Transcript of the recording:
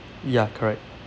ya correct